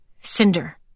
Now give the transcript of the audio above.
Cinder